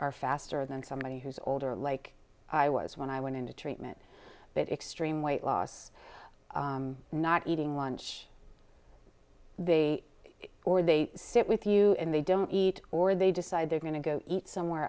are faster than somebody who's older like i was when i went into treatment that extreme weight loss not eating lunch they or they sit with you and they don't eat or they decide they're going to go eat somewhere